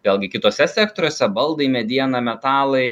vėlgi kituose sektoriuose baldai mediena metalai